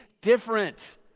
different